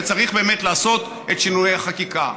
וצריך באמת לעשות את שינויי החקיקה.